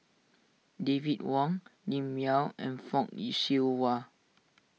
David Wong Lim Yau and Fock Yi Siew Wah